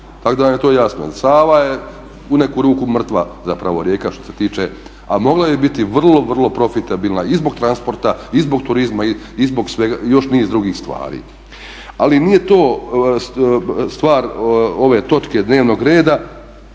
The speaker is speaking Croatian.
Tako da vam je to jasno. Sava je u neku ruku mrtva zapravo rijeka što se tiče, a moglo je biti vrlo, vrlo profitabilna i zbog transporta i zbog turizma i zbog niz još drugih stvari. Ali nije to stvar ove točke dnevnog reda,